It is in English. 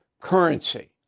currency